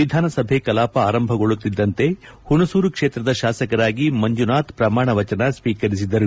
ವಿಧಾನಸಭೆ ಕಲಾಪ ಆರಂಭಗೊಳ್ಳುತ್ತಿದ್ದಂತೇ ಹುಣಸೂರು ಕ್ಷೇತ್ರದ ತಾಸಕರಾಗಿ ಮಂಜುನಾಥ್ ಪ್ರಮಾಣ ವಚನ ಸ್ವೀಕರಿಸಿದರು